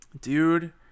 Dude